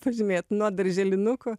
pažymėt nuo darželinukų